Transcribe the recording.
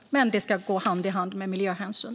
Men det ska gå hand i hand med miljöhänsyn.